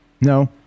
no